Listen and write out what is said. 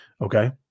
Okay